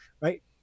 right